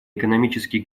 экономический